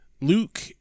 Luke